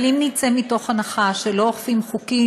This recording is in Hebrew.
אבל אם נצא מתוך הנחה שלא אוכפים חוקים,